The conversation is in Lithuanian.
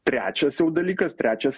trečias jau dalykas trečias